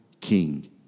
king